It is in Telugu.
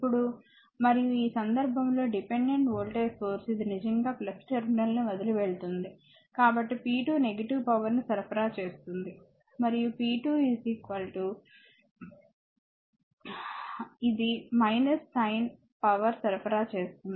ఇప్పుడు మరియు ఈ సందర్భంలో డిపెండెంట్ వోల్టేజ్ సోర్స్ ఇది నిజంగా టెర్మినల్ను వదిలి వెళ్తుందికాబట్టి p2 నెగిటివ్ పవర్ ను సరఫరా చేస్తుంది మరియు p2 అవుతుంది ఇది సైన్ పవర్ సరఫరా చేస్తుంది